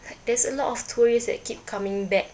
there's a lot of tourists that keep coming back